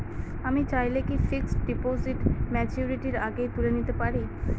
আমি চাইলে কি ফিক্সড ডিপোজিট ম্যাচুরিটির আগেই তুলে নিতে পারি?